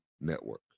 network